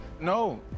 No